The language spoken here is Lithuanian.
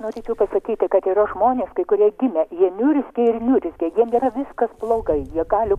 norėčiau pasakyti kad yra žmonės kai kurie gimę jie niurzgia ir niurzgia jiem yra viskas blogai jie gali